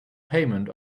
payment